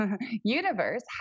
universe